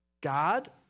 God